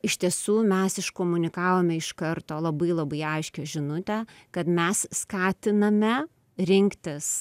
iš tiesų mes iškomunikavome iš karto labai labai aiškią žinutę kad mes skatiname rinktis